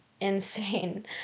insane